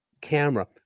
camera